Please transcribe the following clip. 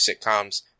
sitcoms